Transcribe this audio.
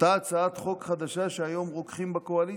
אותה הצעת חוק חדשה שהיום רוקחים בקואליציה?